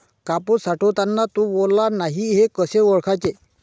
कापूस साठवताना तो ओला नाही हे कसे ओळखावे?